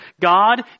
God